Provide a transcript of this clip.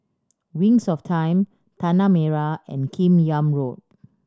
Wings of Time Tanah Merah and Kim Yam Road